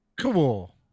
Cool